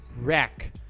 wreck